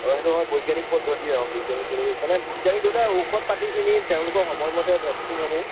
বৈজ্ঞানীক পদ্ধতি অ বৈজ্ঞানীক পদ্ধতি মানে বৈজ্ঞানিক হ'লে ঔষধ পাতিখিনি তেওঁলোকৰ সময়মতে ভেকচিনসমূহ